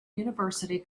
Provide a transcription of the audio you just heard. university